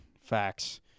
facts